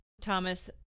Thomas